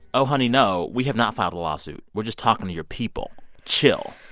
oh, honey, no. we have not filed a lawsuit. we're just talking to your people. chill.